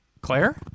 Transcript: Claire